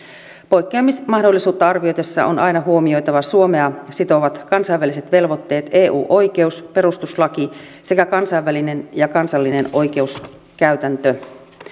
poikkeamismahdollisuutta arvioitaessa on aina huomioitava suomea sitovat kansainväliset velvoitteet eu oikeus perustuslaki sekä kansainvälinen ja kansallinen oikeuskäytäntö